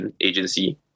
agency